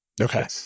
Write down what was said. Okay